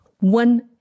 One